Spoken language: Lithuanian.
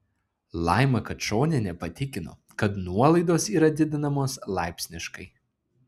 laima kačonienė patikino kad nuolaidos yra didinamos laipsniškai